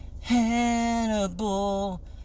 Hannibal